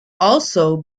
also